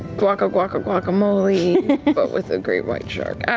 guaca, guaca, guacamole! but with a great white shark. i